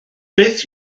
beth